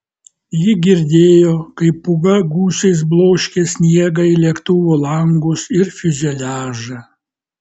ji girdėjo kaip pūga gūsiais bloškė sniegą į lėktuvo langus ir fiuzeliažą